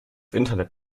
internet